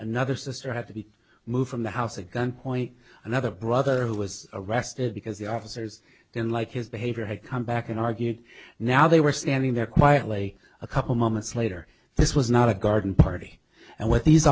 another sister had to be moved from the house a gunpoint another brother who was arrested because the officers then like his behavior had come back and argue now they were standing there quietly a couple moments later this was not a garden party and what these